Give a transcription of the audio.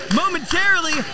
momentarily